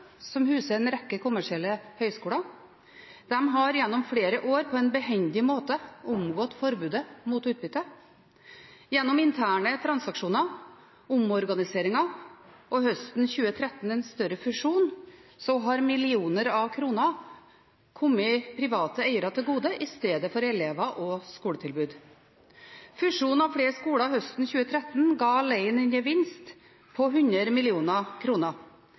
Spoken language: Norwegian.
som huser en rekke kommersielle høyskoler. De har gjennom flere år på en behendig måte omgått forbudet mot utbytte. Gjennom interne transaksjoner, omorganiseringer og – høsten 2013 – en større fusjon har millioner av kroner kommet private eiere til gode, i stedet for elever og skoletilbud. Fusjon av flere skoler høsten 2013 ga alene en gevinst på 100